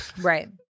right